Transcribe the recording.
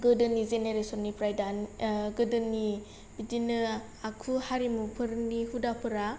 गोदोनि जेनेरेसननिफ्राय गोदोनि बिदिनो आखु हारिमुफोरनि हुदाफोरा